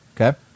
okay